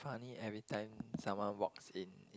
funny every time someone walks in